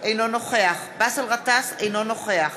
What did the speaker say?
אינו נוכח באסל גטאס, אינו נוכח